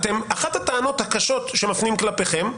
אחת הטענות הקשות שמפנים כלפיכם,